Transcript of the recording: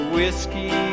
Whiskey